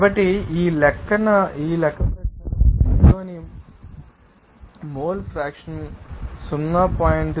కాబట్టి ఈ లెక్కన ప్రకారం మీలోని మోల్ ఫ్రాక్షన్ 0